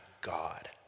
God